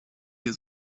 hier